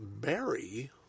Barry